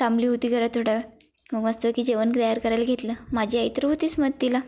थांबली होती घरात थोडा वेळ मग मस्तपैकी जेवण तयार करायला घेतलं माझी आई तर होतीच मदतीला